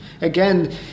Again